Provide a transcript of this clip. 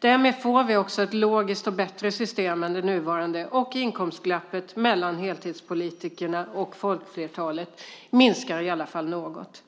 Därmed får vi också ett logiskt och bättre system än det nuvarande, och inkomstglappet mellan heltidspolitikerna och folkflertalet minskar i alla fall något.